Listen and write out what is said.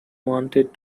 wanted